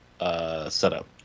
setup